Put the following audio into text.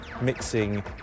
mixing